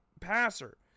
passer